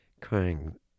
crying